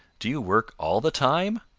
do you work all the time?